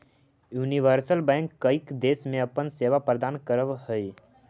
universal bank कईक देश में अपन सेवा प्रदान करऽ हइ